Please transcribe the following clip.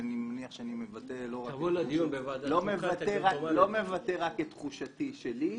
ואני מניח שאני לא מבטא רק את תחושתי שלי.